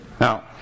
Now